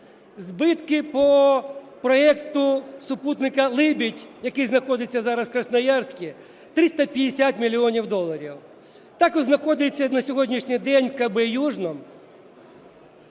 Збитки по проекту супутника "Либідь", який знаходиться зараз в Красноярську, – 350 мільйонів доларів. Також знаходиться на сьогоднішній день в КБ "Южном"